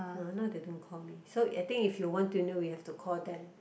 nah now they don't call me so I think if you want to know you have to call them